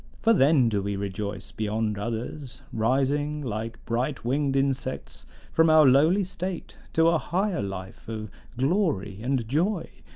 for then do we rejoice beyond others, rising like bright-winged insects from our lowly state to a higher life of glory and joy,